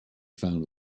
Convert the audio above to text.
found